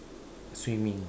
swimming